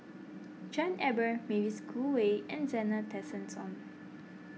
John Eber Mavis Khoo Oei and Zena Tessensohn